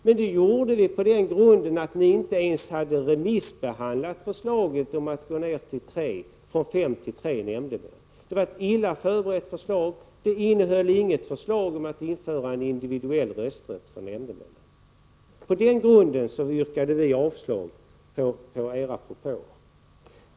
Men det gjorde vi på grund av att ni inte ens hade remissbehandlat förslaget om att gå ned från fem till tre nämndemän. Det var ett illa förberett förslag. Det innehöll ingenting om att införa en individuell rösträtt för nämndemän. Mot den bakgrunden yrkade vi avslag på era propåer.